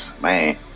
man